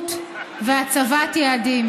התקדמות והצבת יעדים.